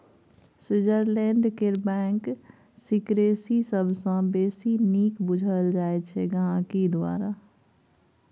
Switzerland केर bank secrecy सबसँ बेसी नीक बुझल जाइ छै गांहिकी द्वारा